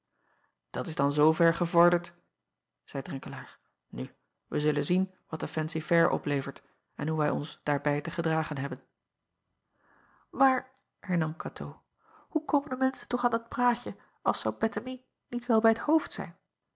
at is dan zoover gevorderd zeî renkelaer nu wij zullen zien wat de fancy-fair oplevert en hoe wij ons daarbij te gedragen hebben aar hernam atoo hoe komen de menschen toch aan dat praatje als zou ettemie niet wel bij t hoofd zijn